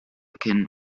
kennen